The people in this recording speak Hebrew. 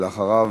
ולאחריו,